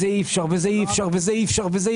את זה אי אפשר ואת זה אי אפשר.